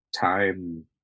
time